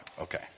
Okay